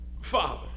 father